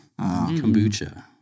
kombucha